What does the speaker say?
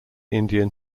indian